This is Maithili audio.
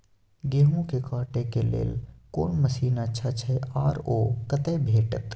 गेहूं के काटे के लेल कोन मसीन अच्छा छै आर ओ कतय भेटत?